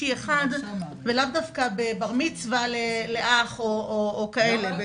ולאו דווקא בבר מצווה לאח או כאלה.